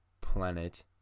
planet